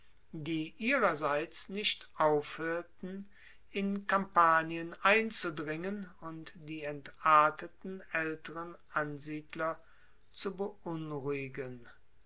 die ihrerseits nicht aufhoerten in kampanien einzudringen und die entarteten aelteren ansiedler zu beunruhigen